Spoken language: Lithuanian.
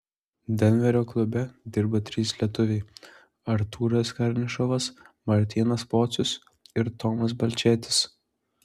denverio klube dirba trys lietuviai artūras karnišovas martynas pocius ir tomas balčėtis